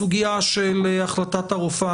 הסוגיה של החלטת הרופאה